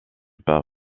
par